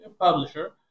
publisher